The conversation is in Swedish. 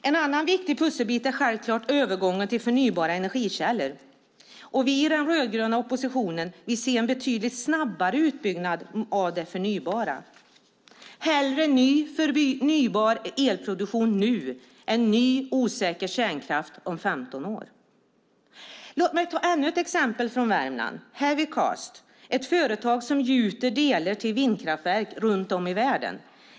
En annan viktig pusselbit är självfallet övergången till förnybara energikällor. Vi i den rödgröna oppositionen vill se en betydligt snabbare utbyggnad av det förnybara. Hellre ny förnybar elproduktion nu än ny osäker kärnkraft om 15 år! Låt mig ta ännu ett exempel från Värmland. Det är Heavycast - ett företag som gjuter delar till vindkraftverk runt om i världen.